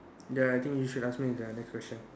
ya I think you should ask me the next question